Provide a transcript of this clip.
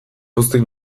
pozik